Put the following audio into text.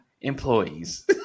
employees